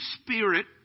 spirit